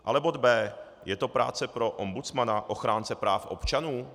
Ale bod b) je to práce pro ombudsmana, ochránce práv občanů?